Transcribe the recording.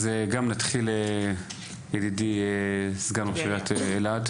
גם נתחיל עם ידידי, סגן ראש עיריית אילת,